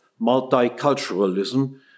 multiculturalism